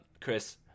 chris